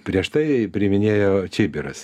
prieš tai priiminėjo čibiras